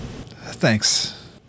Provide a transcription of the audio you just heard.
Thanks